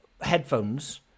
headphones